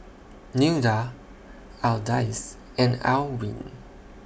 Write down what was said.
Nilda Ardyce and Alwine